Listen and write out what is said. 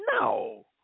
No